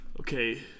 Okay